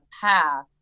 path